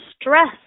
stress